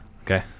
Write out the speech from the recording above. Okay